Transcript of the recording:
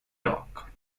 dock